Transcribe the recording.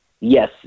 Yes